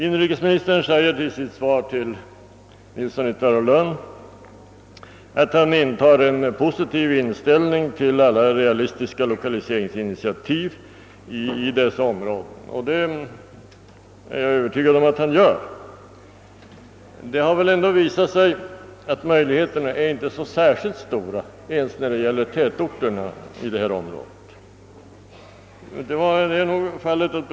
Inrikesministern framhåller i sitt svar till herr Nilsson i Tvärålund att han har en positiv inställning till alla realistiska lokaliseringsinitiativ i dessa områden. Jag är övertygad om att så också är fallet, men det har ändå visat sig att möjligheterna inte ens när det gäller tätorterna är så särskilt stora i detta område.